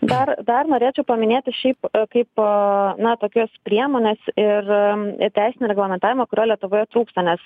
dar dar norėčiau paminėti šiaip kaip na tokias priemones ir teisinio reglamentavimo kurio lietuvoje trūksta nes